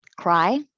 cry